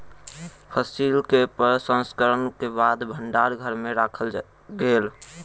फसिल के प्रसंस्करण के बाद भण्डार घर में राखल गेल